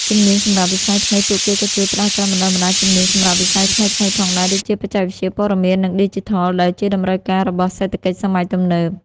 ជំនាញសម្រាប់វិស័យថ្មី ពួកគេក៏ជួយផ្តល់ការបណ្តុះបណ្តាលជំនាញសម្រាប់វិស័យថ្មីៗផងដែរ ដូចជាបច្ចេកវិទ្យាព័ត៌មាន និងឌីជីថល ដែលជាតម្រូវការរបស់សេដ្ឋកិច្ចសម័យទំនើប។